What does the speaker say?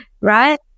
right